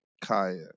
Kaya